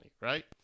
right